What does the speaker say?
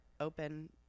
open